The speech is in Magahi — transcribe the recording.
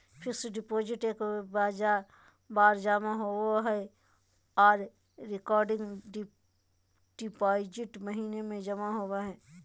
फिक्स्ड डिपॉजिट एक बार जमा होबो हय आर रेकरिंग डिपॉजिट महीने में जमा होबय हय